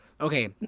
Okay